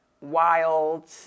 wild